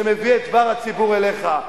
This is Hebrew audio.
שמביא את דבר הציבור אליך,